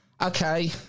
Okay